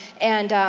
and